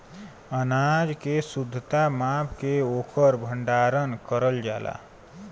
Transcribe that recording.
अनाज के शुद्धता माप के ओकर भण्डारन करल जाला